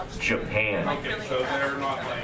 Japan